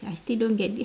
I still don't get it